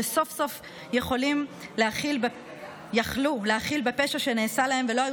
שסוף-סוף יכלו להכיר בפשע שנעשה להם ולא היו